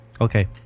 Okay